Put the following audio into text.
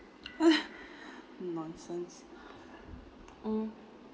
!huh! nonsense mm